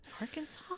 Arkansas